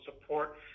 support